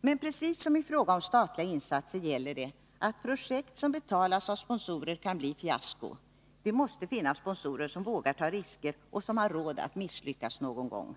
Men precis som i fråga om statliga insatser gäller att projekt som betalas av sponsorer kan bli fiasko — det måste finnas sponsorer som vågar ta risker och som har råd att också misslyckas någon gång.